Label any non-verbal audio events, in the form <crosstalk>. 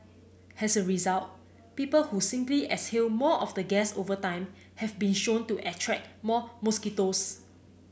as a result people <noise> who simply exhale more of the gas over time have been shown to attract more mosquitoes